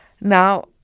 Now